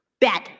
bad